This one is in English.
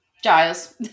Giles